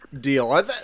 deal